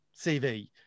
CV